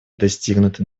достигнутый